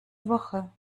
woche